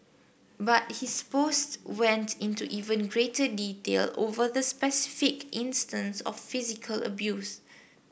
but his post went into even greater detail over the specific instances of physical abuse